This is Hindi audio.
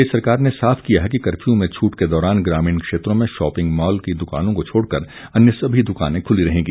प्रदेश सरकार ने साफ किया है कि कर्फ्यू में छूट के दौरान ग्रामीण क्षेत्रों में शॉपिंग मॉल की दुकानों को छोड़ कर अन्य सभी दुकानें खुली रहेंगी